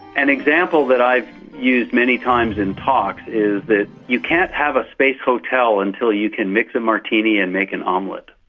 an example that i've used many times in talks is that you can't have a space hotel until you can mix a martini and make an omelette.